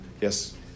Yes